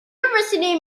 university